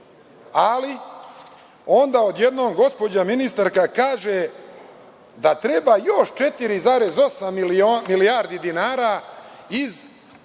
Ali, onda odjednom gospođa ministarka kaže da treba još 4,8 milijardi dinara iz